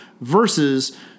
versus